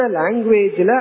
language